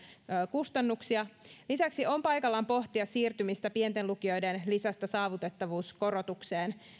kustannuksia lisäksi on paikallaan pohtia siirtymistä pienten lukioiden lisästä saavutettavuuskorotukseen